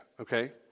okay